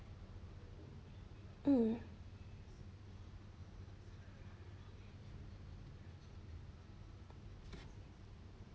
mm